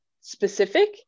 specific